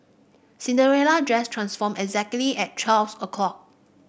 Cinderella dress transformed exactly at twelve o'clock